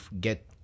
get